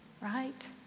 right